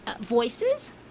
voices